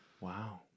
Wow